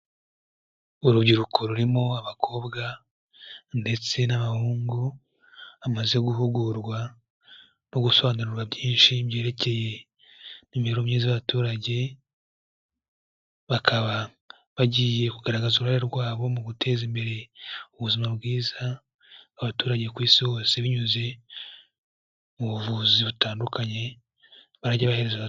Urubyiruko rurimo abakobwa, ndetse n'abahungu, bamaze guhugurwa no gusobanura byinshi byerekeye n'imibereho myiza y'abaturage, bakaba bagiye kugaragaza uruhare rwabo mu guteza imbere ubuzima bwiza, abaturage ku isi hose binyuze mu buvuzi butandukanye barajya bahereza aba.